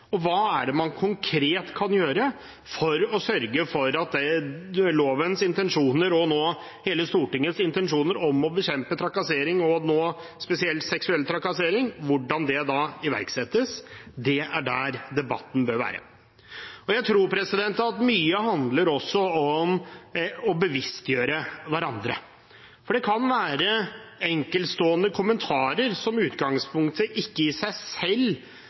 og hva man konkret kan gjøre for å sørge for at lovens intensjoner, og nå hele Stortingets intensjoner, om å bekjempe trakassering, og spesielt seksuell trakassering, iverksettes. Det er der debatten bør være. Jeg tror at mye også handler om å bevisstgjøre hverandre. For det kan være enkeltstående kommentarer som i utgangspunktet i seg selv